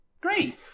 Great